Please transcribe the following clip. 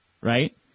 right